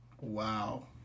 wow